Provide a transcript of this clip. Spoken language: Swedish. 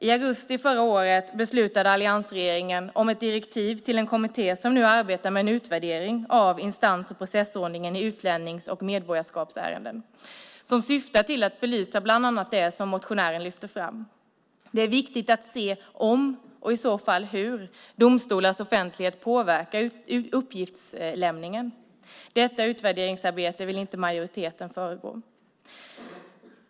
I augusti förra året beslutade alliansregeringen om ett direktiv till en kommitté som nu arbetar med en utvärdering av instans och processordningen i utlännings och medborgarskapsärenden som syftar till att belysa bland annat det som motionären lyfter fram. Det är viktigt att se om och i så fall hur domstolars offentlighet påverkat uppgiftslämningen. Detta utvärderingsarbete vill inte majoriteten föregå.